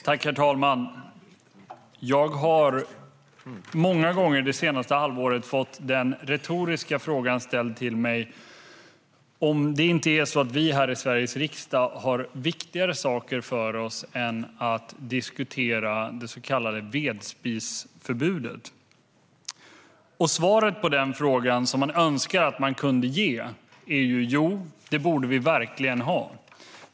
Herr talman! Det senaste halvåret har jag många gånger fått den retoriska frågan om inte vi här i Sveriges riksdag har viktigare saker för oss än att diskutera det så kallade vedspisförbudet. Jag önskar att jag kunde ge svaret: Jo, det borde vi verkligen ha.